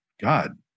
God